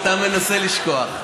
אתה מנסה לשכוח.